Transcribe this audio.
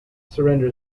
surrender